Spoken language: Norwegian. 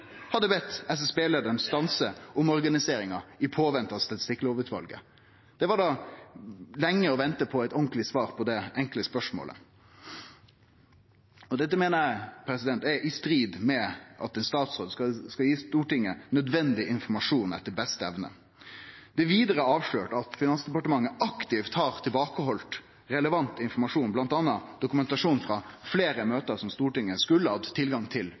hadde bedt SSB-leiaren stanse omorganiseringa mens ein venta på Statistikklovutvalet. Det var da lenge å vente på eit ordentleg svar på det enkle spørsmålet. Dette meiner eg er i strid med at ein statsråd skal gi Stortinget nødvendig informasjon etter beste evne. Det er vidare avslørt at Finansdepartementet aktivt har halde tilbake relevant informasjon, bl.a. dokumentasjon frå fleire møte som Stortinget skulle hatt tilgang til,